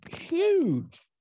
huge